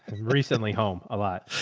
and recently home a lot.